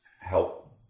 help